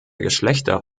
geschlechter